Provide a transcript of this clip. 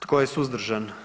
Tko je suzdržan?